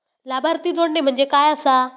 लाभार्थी जोडणे म्हणजे काय आसा?